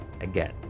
again